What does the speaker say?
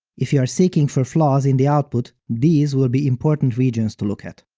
if you are seeking for flaws in the output, these will be important regions to look at.